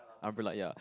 umbrella ya